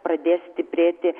pradės stiprėti